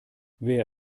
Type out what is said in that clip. wer